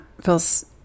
feels